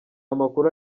amakuru